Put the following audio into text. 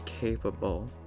capable